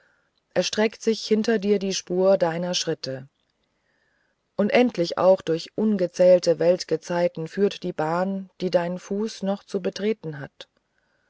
erstreckt sich hinter dir die spur deiner schritte unendlich auch durch ungezählte weltgezeiten führt die bahn die dein fuß noch zu treten hat